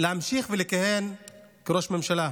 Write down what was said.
להמשיך ולכהן כראש ממשלה.